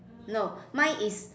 no mine is